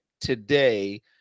today